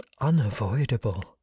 unavoidable